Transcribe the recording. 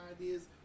ideas